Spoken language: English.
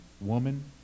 woman